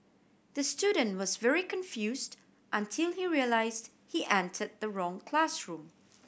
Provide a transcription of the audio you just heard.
the student was very confused until he realised he entered the wrong classroom